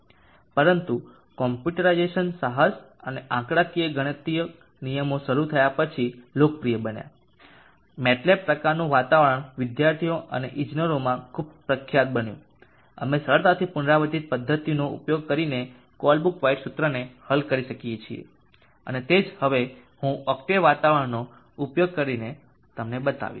પરંતુ આ કોમ્પ્યુટરાઇઝેશનના સાહસ અને આંકડાકીય ગાણિતીક નિયમો શરૂ થયા પછી લોકપ્રિય બન્યા MATLAB પ્રકારનું વાતાવરણ વિદ્યાર્થીઓ અને ઇજનેરોમાં ખૂબ પ્રખ્યાત બન્યું અમે સરળતાથી પુનરાવર્તિત પદ્ધતિઓનો ઉપયોગ કરીને કોલબ્રુક વ્હાઇટ સૂત્રને હલ કરી શકીએ અને તે જ હવે હું ઓક્ટેવ વાતાવરણનો ઉપયોગ કરીને બતાવીશ